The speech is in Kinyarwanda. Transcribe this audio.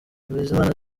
bizimana